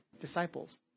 disciples